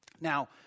Now